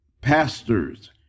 pastors